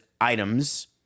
items